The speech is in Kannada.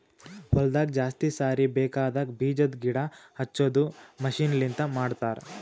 ಹೊಲದಾಗ ಜಾಸ್ತಿ ಸಾರಿ ಬೇಕಾಗದ್ ಬೀಜದ್ ಗಿಡ ಹಚ್ಚದು ಮಷೀನ್ ಲಿಂತ ಮಾಡತರ್